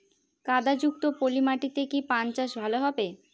কাদা যুক্ত পলি মাটিতে কি পান চাষ ভালো হবে?